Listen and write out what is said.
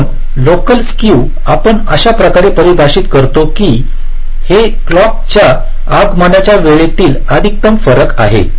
म्हणून local skew आपण अशा प्रकारे परिभाषित करतो हे क्लॉक च्या आगमनाच्या वेळेतील अधिकतम फरक आहे